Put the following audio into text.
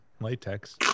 latex